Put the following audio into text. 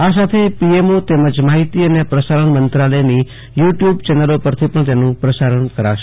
આ સાથે પીએમઓ અને માહિતી અને પ્રસારણ મંત્રાલયની યુ ટ્યુ બ ચેનલો ઉપરથી પણ પ્રસારણ થશે